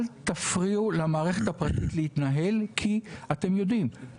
אל תפריעו למערכת הפרטית להתנהל כי אתם יודעים,